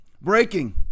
Breaking